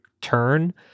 turn